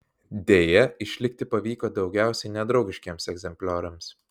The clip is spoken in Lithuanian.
deja išlikti pavyko daugiausiai nedraugiškiems egzemplioriams